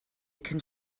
cyn